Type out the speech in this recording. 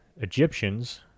Egyptians